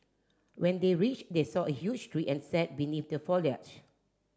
when they reached they saw a huge tree and sat beneath the foliage